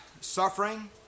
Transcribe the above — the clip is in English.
suffering